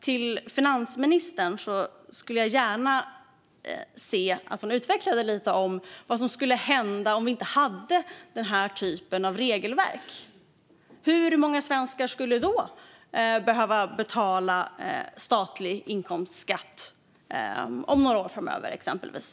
Jag skulle gärna se att finansministern utvecklade lite vad som skulle hända om vi inte hade den här typen av regelverk. Hur många svenskar skulle då behöva betala statlig inkomstskatt om några år, exempelvis?